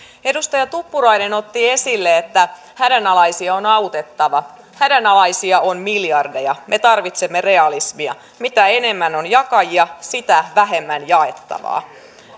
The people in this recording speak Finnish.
edustaja tuppurainen otti esille että hädänalaisia on autettava hädänalaisia on miljardeja me tarvitsemme realismia mitä enemmän on jakajia sitä vähemmän jaettavaa